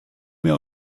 mehr